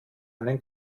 einen